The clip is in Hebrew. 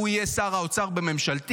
הוא יהיה שר האוצר בממשלתי,